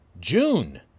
June